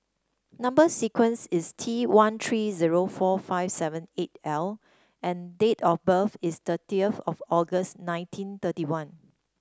number sequence is T one three zero four five seven eight L and date of birth is thirty of August nineteen thirty one